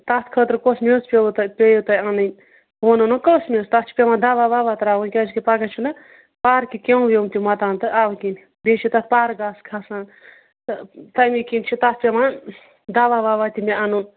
تَتھ خٲطرٕ کۄس میٚژ پیٚوٕ پیَو تۄہہِ اَنٕنۍ بہٕ ونہو نہ کۄس میٛژ تَتھ چھِ پیٚوان دَوہ وَوہ ترٛاوٕنۍ کیٛازِکہِ پگہہ چھُنہٕ پارکہِ کیٚوم ویٚوم تہِ متان تہٕ اَوَے کِنۍ بیٚیہِ چھِ تَتھ پر گاسہٕ کھَسان تہٕ تَمے کِنۍ چھِ تَتھ پیٚوان دَوہ وَوہ تہِ مےٚ اَنُن